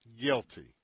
guilty